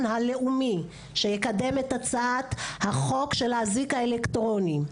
הלאומי שיקדם את הצעת החוק של האזיק האלקטרוני.